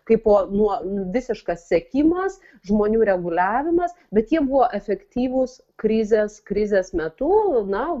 kaipo nuo visiškas sekimas žmonių reguliavimas bet jie buvo efektyvūs krizės krizės metu na